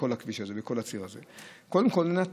בכל הכביש הזה, בכל הציר הזה: קודם כול נת"צ,